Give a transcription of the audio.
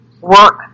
work